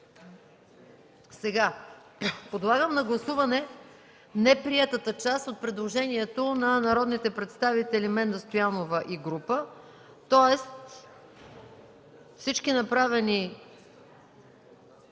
прието. Подлагам на гласуване неприетата част от предложението на народните представители Менда Стоянова и група, тоест всички предложени